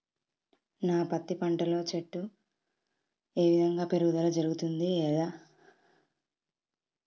నా పత్తి పంట లో చెట్టు ఏ విధంగా పెరుగుదల జరుగుతుంది లేదా అభివృద్ధి చెందుతుంది?